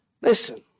Listen